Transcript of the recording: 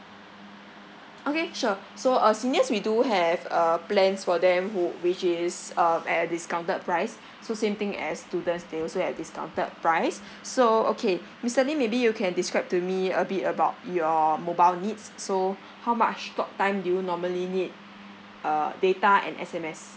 okay sure so uh seniors we do have uh plans for them who which is um at a discounted price so same thing as students they also have discounted price so okay mister lim maybe you can describe to me a bit about your mobile needs so how much talktime do you normally need uh data and S_M_S